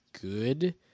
good